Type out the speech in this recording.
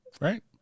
Right